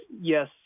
yes